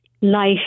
life